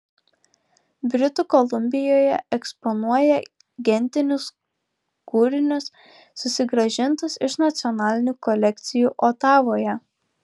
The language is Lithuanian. britų kolumbijoje eksponuoja gentinius kūrinius susigrąžintus iš nacionalinių kolekcijų otavoje